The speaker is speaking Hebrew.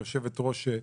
כיושבת-ראש,